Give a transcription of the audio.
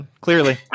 clearly